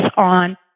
on